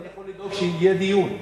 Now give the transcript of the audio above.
יכול לדאוג שיהיה דיון.